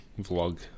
vlog